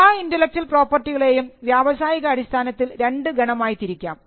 എല്ലാ ഇന്റെലക്ച്വൽ പ്രോപ്പർട്ടികളെയും വ്യാവസായികാടിസ്ഥാനത്തിൽ രണ്ട് ഗണമായി തിരിക്കാം